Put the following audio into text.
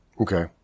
Okay